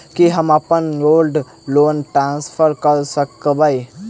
की हम अप्पन gold loan transfer करऽ सकबै?